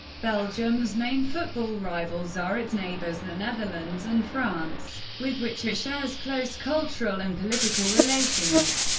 belgium's main football rivals are its neighbours the netherlands and france, with which it shares close cultural and political relations.